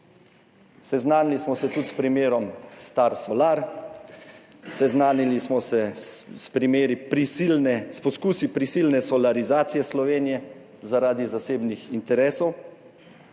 seznanili smo se tudi s primerom Star Solar, seznanili smo se s poskusi prisilne solarizacije Slovenije zaradi zasebnih interesov